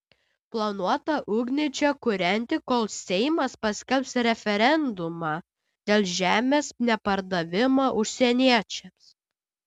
planuota ugnį čia kūrenti kol seimas paskelbs referendumą dėl žemės nepardavimo užsieniečiams